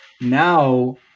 now